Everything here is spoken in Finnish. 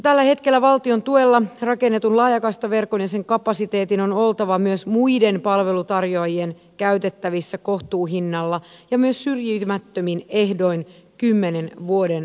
tällä hetkellä valtion tuella rakennetun laajakaistaverkon ja sen kapasiteetin on oltava myös muiden palveluntarjoajien käytettävissä kohtuuhinnalla ja myös syrjimättömin ehdoin kymmenen vuoden ajan